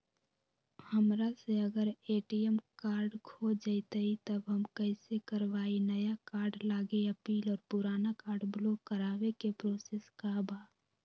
हमरा से अगर ए.टी.एम कार्ड खो जतई तब हम कईसे करवाई नया कार्ड लागी अपील और पुराना कार्ड ब्लॉक करावे के प्रोसेस का बा?